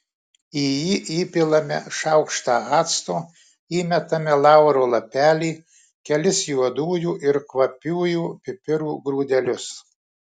į jį įpilame šaukštą acto įmetame lauro lapelį kelis juodųjų ir kvapiųjų pipirų grūdelius